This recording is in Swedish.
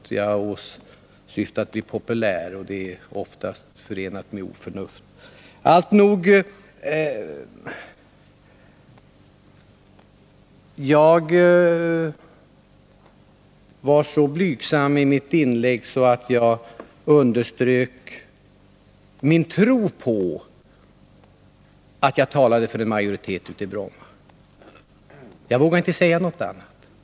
Det som jag åsyftade var att bli populär, och det är Jag var så blygsam i mitt inlägg att jag underströk min tro på att jag talade för en majoritet i Bromma — jag vågade inte säga mera.